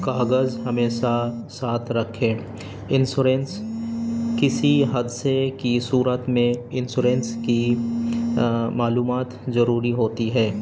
کاغذ ہمیشہ ساتھ رکھیں انسورنس کسی حادثے کی صورت میں انسورنس کی معلومات ضروری ہوتی ہے